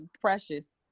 precious